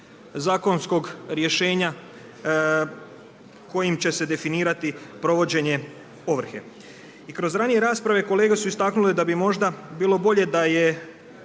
zakonskog rješenja kojim će se definirati provođenje ovrhe. I kroz ranije rasprave kolege su istaknule da bi možda bilo bolje da je